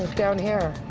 down here?